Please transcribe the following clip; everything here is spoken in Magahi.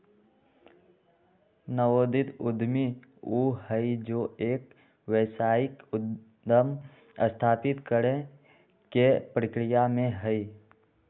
नवोदित उद्यमी ऊ हई जो एक व्यावसायिक उद्यम स्थापित करे के प्रक्रिया में हई